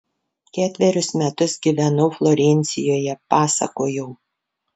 ketverius metus gyvenau florencijoje pasakojau